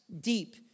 deep